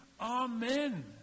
Amen